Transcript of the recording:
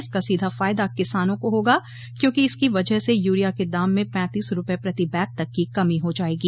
इसका सीधा फायदा किसानों को होगा क्योंकि इसकी वजह से यूरिया के दाम में पैंतीस रूपये प्रति बैग तक की कमी हो जायेगी